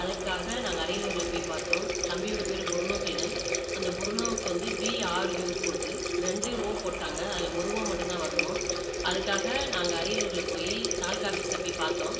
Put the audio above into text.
அதற்காக நாங்கள் அரியலூரில் போய் பார்த்தோம் தம்பியோடய பேர் புருனோ கில்டன் அந்த புருனோவுக்கு வந்து பி ஆர் யு போட்டு ரெண்டு ஓ போட்டாங்க அதில் ஒரு ஓ மட்டும்தான் வரணும் அதுக்காக நாங்கள் அரியலூரில் போய் தாலுக்கா ஆஃபீஸில் போய் பார்த்தோம்